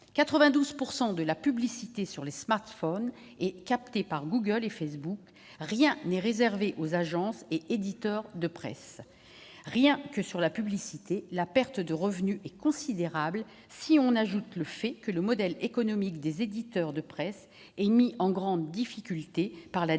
92 % de la publicité est captée par Google et Facebook ; rien n'est reversé aux agences et éditeurs de presse. Ainsi, rien qu'avec la publicité, la perte de revenus est considérable. Si l'on ajoute à cela le fait que le modèle économique des éditeurs de presse est mis en grande difficulté par la dissémination